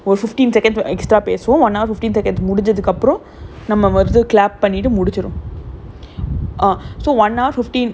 eh அப்புறம் இப்ப தான் அந்த:ppurm ippa thaan antha message வந்துச்சு அந்த:vanthuchu antha boss இருந்து திரும்பி பண்ணி முடிச்சோன திருப்பி ஒரு தடவ:irunthu thiruppi panni mudichona thiruppi oru thadava clap பண்ணும்:pannum